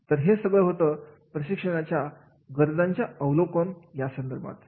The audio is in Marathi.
तर हे होतं सगळं प्रशिक्षणाच्या गरजांच्या अवलोकन या संदर्भात